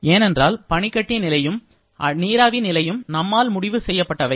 ஏனென்றால் பனிக்கட்டி நிலையும் நீராவி நிலையும் நம்மால் முடிவு செய்யப்பட்டவை